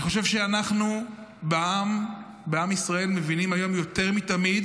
אני חושב שאנחנו בעם ישראל מבינים היום יותר מתמיד